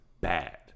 bad